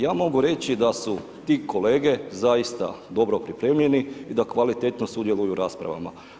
Ja mogu reći da su ti kolege zaista dobro pripremljeni i da kvalitetno sudjeluju u raspravama.